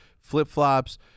flip-flops